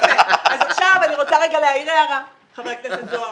אז עכשיו אני רוצה להעיר הערה, חבר הכנסת זוהר.